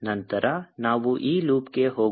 ನಂತರ ನಾವು ಈ ಲೂಪ್ಗೆ ಹೋಗೋಣ